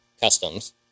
customs